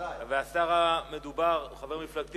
השר המדובר הוא חבר מפלגתי.